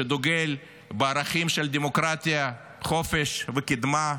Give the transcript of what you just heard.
שדוגל בערכים של דמוקרטיה, חופש וקדמה.